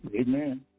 Amen